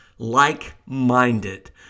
like-minded